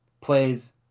plays